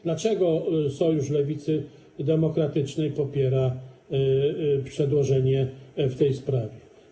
Dlaczego Sojusz Lewicy Demokratycznej popiera przedłożenie w tej sprawie?